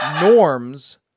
norms